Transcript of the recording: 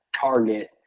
target